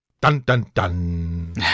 dun-dun-dun